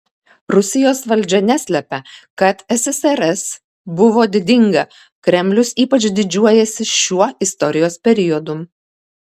rusijos valdžia neslepia kad ssrs buvo didinga kremlius ypač didžiuojasi šiuo istorijos periodu